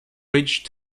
ridge